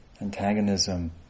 antagonism